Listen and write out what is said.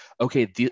okay